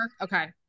Okay